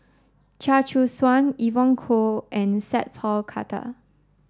Chia Choo Suan Evon Kow and Sat Pal Khattar